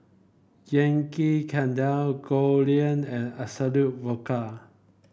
Yankee Candle Goldlion and Absolut Vodka